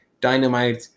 Dynamite